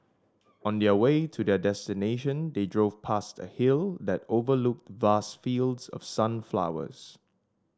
on their way to their destination they drove past a hill that overlooked vast fields of sunflowers